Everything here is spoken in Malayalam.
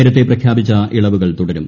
നേരത്തെ പ്രഖ്യാപിച്ച ഇളവുകൾ തുടരും